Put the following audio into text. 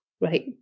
right